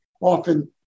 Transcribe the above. often